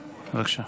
בבקשה.